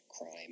crime